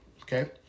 okay